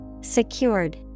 Secured